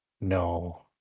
No